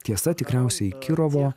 tiesa tikriausiai kirovo